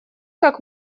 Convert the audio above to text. как